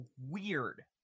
weird